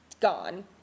gone